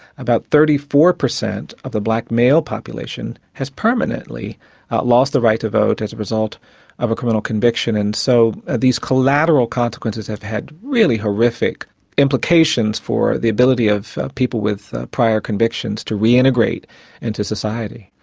about thirty four per cent of the black male population has permanently lost the right to vote as a result of a criminal conviction, and so these collateral consequences have had really horrific implications for the ability of people with prior convictions to reintegrate into society.